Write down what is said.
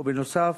ובנוסף,